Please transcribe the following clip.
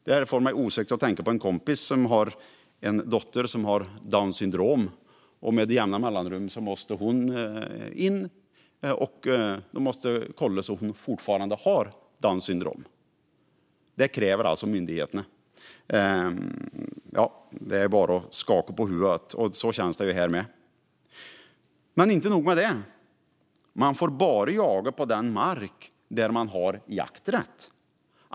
Detta får mig att tänka på en kompis som har en dotter med Downs syndrom. Med jämna mellanrum måste hon in så att de kan kolla att hon fortfarande har Downs syndrom, för det kräver myndigheterna. Detta kan man bara skaka på huvudet åt, och så känns det med det här också. Inte nog med detta. Man får bara jaga på den mark där man har jakträtt.